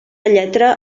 lletra